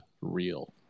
real